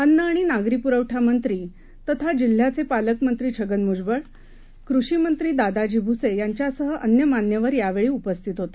अन्नआणिनागरीपुरवठामंत्रीतथाजिल्ह्याचेपालकमंत्रीछगन भुजबळ कृषीमंत्रीदादाजीभुसे यांच्यासहअन्यमान्यवरयावेळीउपस्थितहोते